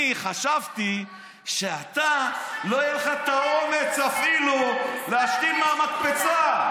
אני חשבתי שלא יהיה לך האומץ אפילו להשתין מהמקפצה.